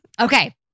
Okay